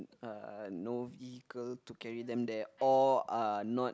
uh no vehicle to carry them there or are not